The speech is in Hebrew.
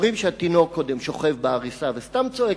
אומרים שהתינוק קודם שוכב בעריסה וסתם צועק,